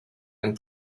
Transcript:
and